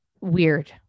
weird